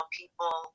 people